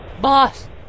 Boss